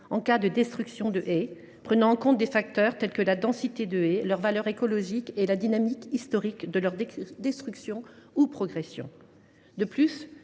en cas de destruction de haies, en tenant compte de facteurs comme la densité de haies, leur valeur écologique et la dynamique historique de leur destruction ou progression. De plus,